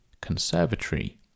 conservatory